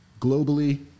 Globally